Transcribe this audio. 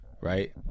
right